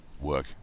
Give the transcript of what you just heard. work